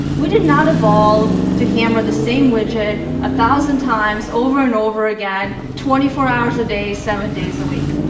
we did not evolve to hammer the same widget a thousand times, over and over again, twenty four hours a day, seven days a week.